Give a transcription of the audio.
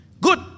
Good